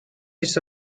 this